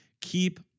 Keep